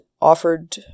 offered